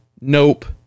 nope